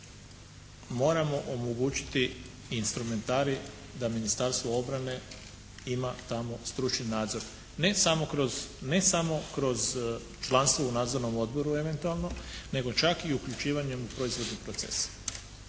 moramo omogućiti instrumentarij da Ministarstvo obrane ima tamo stručni nadzor. Ne samo kroz članstvo u nadzornom odboru eventualno, nego čak i uključivanjem u proizvodni proces.